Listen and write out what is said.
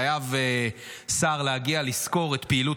חייב שר להגיע לסקור את פעילות